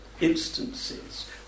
instances